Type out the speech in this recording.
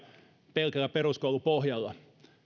pelkällä peruskoulupohjalla